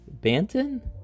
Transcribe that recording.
Banton